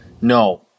no